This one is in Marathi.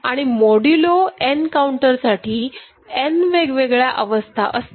आणि मॉड्यूलो n काऊंटरसाठी n वेगवेगळ्या अवस्था असतात